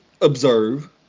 observe